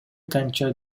канча